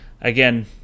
again